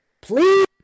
please